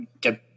get